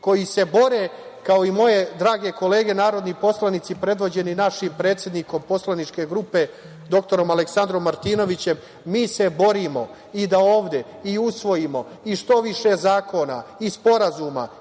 koji se bore, kao i moje drage kolege, narodni poslanici, predvođeni našim predsednikom poslaničke grupe, doktorom Aleksandrom Martinovićem, mi se borimo i da ovde usvojimo i što više zakona, i sporazuma